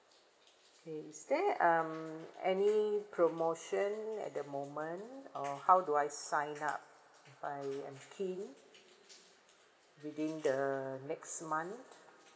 okay is there um any promotion at the moment or how do I sign up if I am keen within the next month